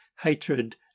hatred